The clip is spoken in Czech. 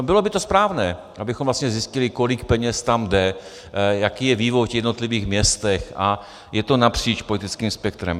Bylo by to správné, abychom vlastně zjistili, kolik peněz tam jde, jaký je vývoj v těch jednotlivých městech a je to napříč politickým spektrem.